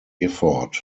effort